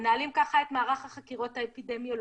מנהלים ככה את מערך החקירות האפידמיולוגיות.